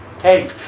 Hey